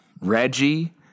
Reggie